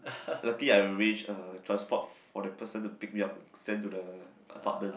lucky I arrange uh transport for the person to pick me up send to the apartment